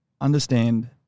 understand